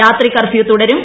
രാത്രി കർഫ്യൂ തുടരും